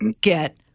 get